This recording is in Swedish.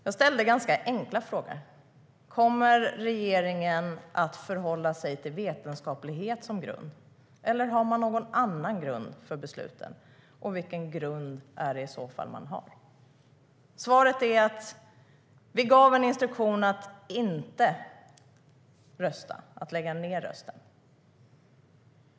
Jag ställde ganska enkla frågor. Kommer regeringen att förhålla sig till vetenskap som grund eller har man någon annan grund för besluten? Vilken grund är det i så fall man har? Svaret var att regeringen gav en instruktion om att inte rösta, att lägga ned rösten.